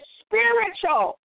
spiritual